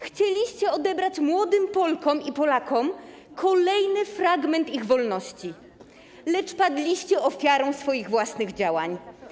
Chcieliście odebrać młodym Polkom i Polakom kolejny fragment ich wolności, lecz padliście ofiarą swoich własnych działań.